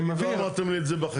יגיד לא אמרתם לי את זה בחקיקה.